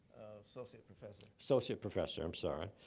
associate professor. associate professor, i'm sorry.